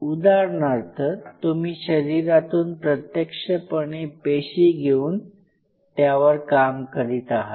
उदाहरणार्थ तुम्ही शरीरातून प्रत्यक्षपणे पेशी घेऊन त्यावर काम करीत आहात